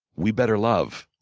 we better love.